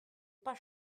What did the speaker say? pas